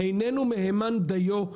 המידע איננו מהימן דיו כדי לשפוט.